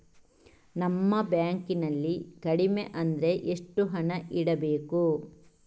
ನಮ್ಮ ಬ್ಯಾಂಕ್ ನಲ್ಲಿ ಕಡಿಮೆ ಅಂದ್ರೆ ಎಷ್ಟು ಹಣ ಇಡಬೇಕು?